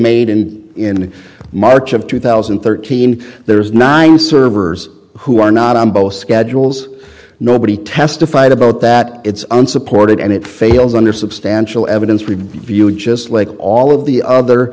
made and in march of two thousand and thirteen there's nine servers who are not on both schedules nobody testified about that it's unsupported and it fails under substantial evidence review just like all of the other